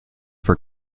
for